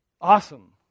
Awesome